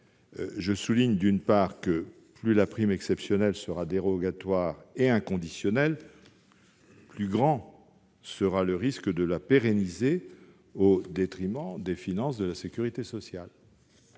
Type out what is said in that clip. et 576. Toutefois, plus la prime exceptionnelle sera dérogatoire et inconditionnelle, plus grand sera le risque de la pérenniser, au détriment des finances de la sécurité sociale.